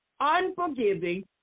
Unforgiving